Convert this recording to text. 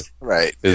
Right